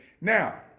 Now